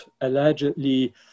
allegedly